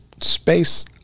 space